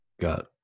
got